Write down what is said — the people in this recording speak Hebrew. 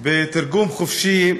בתרגום חופשי: